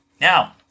Now